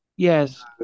Yes